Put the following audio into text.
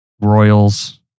Royals